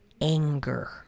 Anger